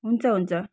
हुन्छ हुन्छ